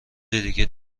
دیگه